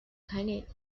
khanate